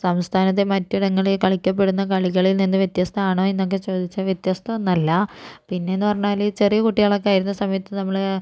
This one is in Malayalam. സംസ്ഥാനത്തെ മറ്റിടങ്ങളിൽ കളിക്കപ്പെടുന്ന കളികളിൽ നിന്നു വ്യത്യസ്തമാണോ എന്നൊക്കെ ചോദിച്ചാൽ വ്യത്യസ്തമൊന്നുമല്ല പിന്നെയെന്നു പറഞ്ഞാൽ ചെറിയ കുട്ടികളൊക്കെ ആയിരുന്ന സമയത്തു നമ്മൾ